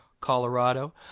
Colorado